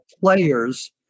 players